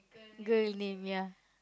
good name ya